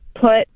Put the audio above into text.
put